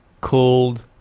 called